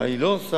מה היא לא עושה,